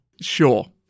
Sure